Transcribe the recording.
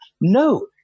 No